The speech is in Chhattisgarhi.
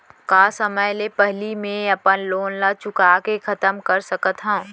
का समय ले पहिली में अपन लोन ला चुका के खतम कर सकत हव?